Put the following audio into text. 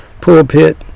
pulpit